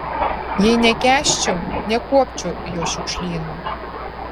jei nekęsčiau nekuopčiau jo šiukšlyno